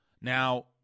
Now